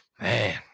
Man